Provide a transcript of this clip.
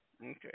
Okay